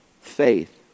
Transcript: faith